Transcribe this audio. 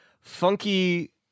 Funky